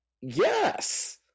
Yes